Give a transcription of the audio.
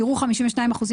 ניכוי דמי שכירות.